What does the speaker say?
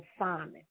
assignment